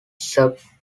superseded